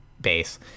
base